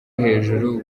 hejuru